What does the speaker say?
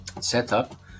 setup